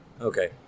Okay